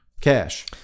Cash